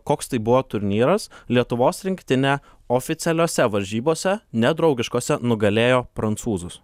koks tai buvo turnyras lietuvos rinktinė oficialiose varžybose ne draugiškose nugalėjo prancūzus